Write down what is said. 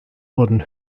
wurden